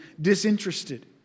disinterested